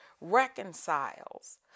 reconciles